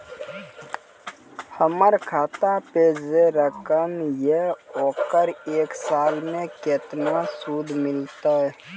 हमर खाता पे जे रकम या ओकर एक साल मे केतना सूद मिलत?